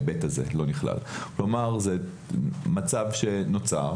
זה מצב שנוצר